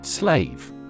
Slave